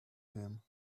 him